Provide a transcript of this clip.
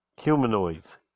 Humanoids